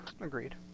Agreed